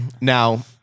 Now